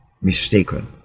mistaken